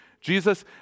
Jesus